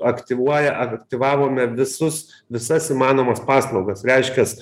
aktyvuoja aktyvavome visus visas įmanomas paslaugas reiškias